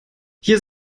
hier